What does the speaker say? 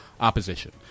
opposition